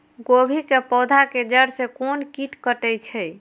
गोभी के पोधा के जड़ से कोन कीट कटे छे?